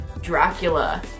Dracula